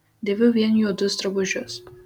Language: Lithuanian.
dėviu vien juodus drabužius